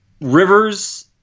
Rivers